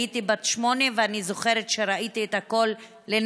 הייתי בת שמונה ואני זוכרת שראיתי את הכול לנגד